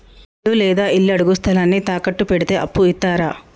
ఇల్లు లేదా ఇళ్లడుగు స్థలాన్ని తాకట్టు పెడితే అప్పు ఇత్తరా?